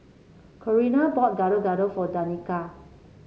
Corrina bought Gado Gado for Danika